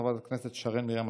חבר הכנסת סעיד אלחרומי,